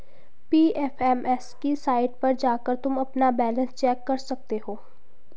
PFMS की site पर जाकर तुम अपना बैलन्स चेक कर सकते हो